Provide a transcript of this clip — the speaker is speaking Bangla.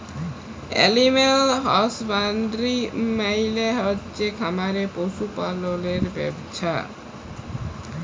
এলিম্যাল হসবান্দ্রি মালে হচ্ছে খামারে পশু পাললের ব্যবছা